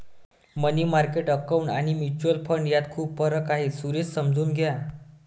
मनी market account आणि mutual fund यात खूप फरक आहे, सुरेश समजून घ्या